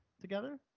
together